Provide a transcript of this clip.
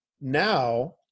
now